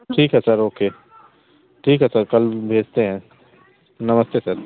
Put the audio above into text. ठीक है sir okay ठीक है सर कल भेजते हैं नमस्ते सर